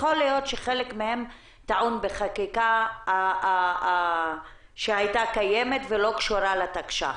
יכול להיות שחלק טעון בחקיקה קיימת שלא קשורה לתקש"ח,